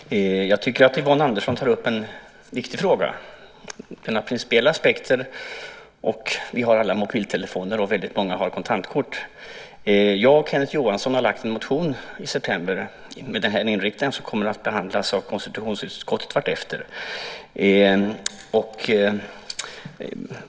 Fru talman! Jag tycker att Yvonne Andersson tar upp en viktig fråga. Det finns fler aspekter. Vi har alla mobiltelefoner, och väldigt många har kontantkort. Jag och Kenneth Johansson väckte en motion i september med den här inriktningen som kommer att behandlas av konstitutionsutskottet vartefter.